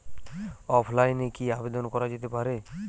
অফলাইনে কি আবেদন করা যেতে পারে?